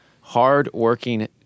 hardworking